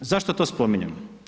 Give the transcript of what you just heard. Zašto to spominjem?